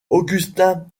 agustín